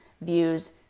views